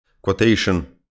quotation